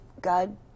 God